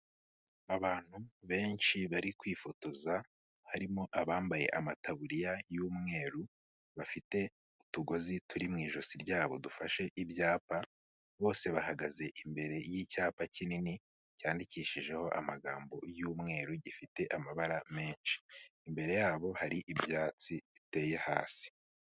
Abantu benshi bari kwifotoza harimo abambaye amataburiya y'umweru bafite utugozi turi mu ijosi ryabo dufashe ibyapa, bose bahagaze imbere y'icyapa kinini cyandikishijeho amagambo y'umweru gifite amabara menshi, imbere yabo hari ibyatsi biteye hasi.